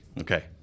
Okay